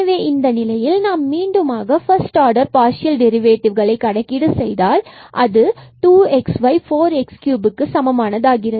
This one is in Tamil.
எனவே இந்த நிலையில் நாம் மீண்டுமாக பஸ்ட் ஆர்டர் பார்சியல் டெரிவேடிவ்வை fx கணக்கீடு செய்தால் அது 2 xy and 4 x3க்கு சமமானது ஆகிறது